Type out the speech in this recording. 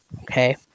okay